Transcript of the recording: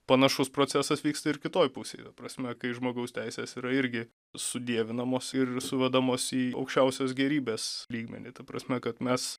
panašus procesas vyksta ir kitoj pusėje prasme kai žmogaus teisės yra irgi sudievinamos ir suvedamos į aukščiausios gėrybės lygmenį ta prasme kad mes